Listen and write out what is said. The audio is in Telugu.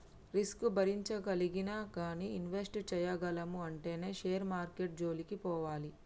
రిస్క్ భరించగలిగినా గానీ ఇన్వెస్ట్ చేయగలము అంటేనే షేర్ మార్కెట్టు జోలికి పోవాలి